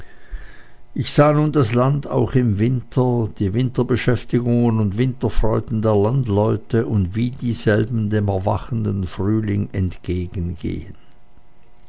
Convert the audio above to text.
ich sah nun das land auch im winter die winterbeschäftigungen und winterfreuden der landleute und wie dieselben dem erwachenden frühling entgegengehen